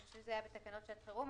אני חושבת שזה היה בתקנות שעת חירום,